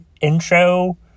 intro